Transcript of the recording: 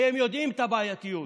הם יודעים על הבעייתיות,